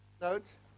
notes